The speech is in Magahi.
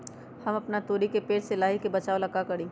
हम अपना तोरी के पेड़ के लाही से बचाव ला का करी?